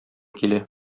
килә